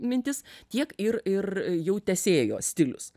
mintis tiek ir ir jau tęsėjo stilius